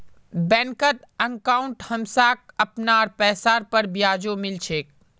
बैंकत अंकाउट हमसाक अपनार पैसार पर ब्याजो मिल छेक